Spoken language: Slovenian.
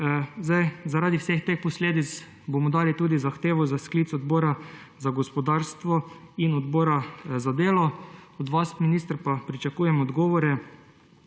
Zaradi vseh teh posledic bomo dali tudi zahtevo za sklic odbora za gospodarstvo in odbora za delo. Od vas, minister, pa pričakujem odgovore